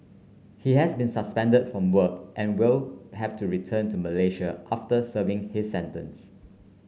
he has been suspended from work and will have to return to Malaysia after serving his sentence